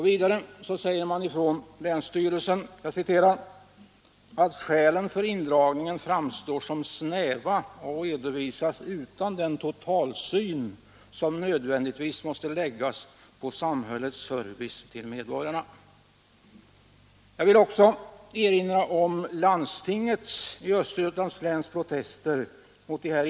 Vidare säger länsstyrelsen att skälen för indragningen framstår som snäva 65 och redovisas utan den totalsyn som nödvändigtvis måste anläggas på samhällets service till medborgarna. Jag erinrar också om protesterna mot indragningarna från landstinget i Östergötlands län.